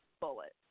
bullet